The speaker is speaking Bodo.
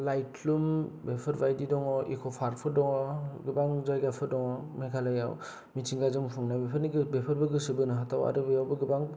लाइप्लुम बेफोर बायदि दङ इक' पार्कफोर दङ गोबां जायगाफोर दङ मेघालयाव मिथिंगाजों बुंफबनाय बेफोरनिगो बेफोरबो गोसो बोनो हाथाव आरो बेयावबो गोबां